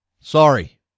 Sorry